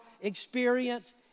experience